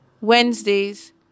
Wednesdays